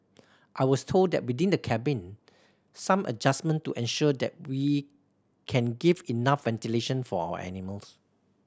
I was told that within the cabin some adjustment to ensure that we can give enough ventilation for our animals